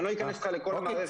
אני לא אכנס אתך לכל המערכת.